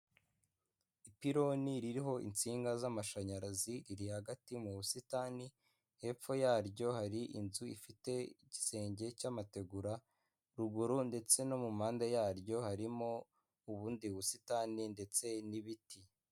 Ipironi ririho insinga z'amashanyarazi iriri hagati mu busitani, hepfo yaryo hari inzu ifite igisenge cy'amategura, ruguru ndetse no mu mpande yaryo harimo ubundi busitani ndetse n'ibiti.